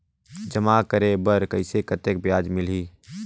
जमा करे बर कइसे कतेक ब्याज मिलही?